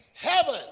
Heaven